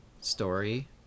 story